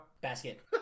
Basket